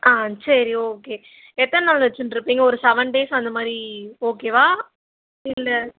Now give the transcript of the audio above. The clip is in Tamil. ஆ சரி ஓகே எத்தனை நாள் வச்சின்ருப்பீங்க ஒரு செவன் டேஸ் அந்தமாதிரி ஓகேவா இல்லை